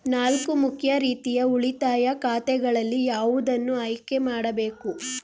ನಾಲ್ಕು ಮುಖ್ಯ ರೀತಿಯ ಉಳಿತಾಯ ಖಾತೆಗಳಲ್ಲಿ ಯಾವುದನ್ನು ಆಯ್ಕೆ ಮಾಡಬೇಕು?